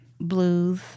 blues